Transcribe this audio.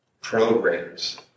programs